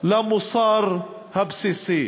למוסר הבסיסי.